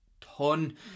ton